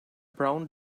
brown